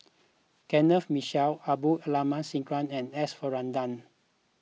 Kenneth Mitchell Abdul Aleem Siddique and S Varathan